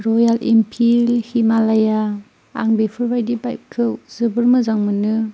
रयेल Enfield Himalaya आं बेफोरबायदि बाइकखौ जोबोर मोजां मोनो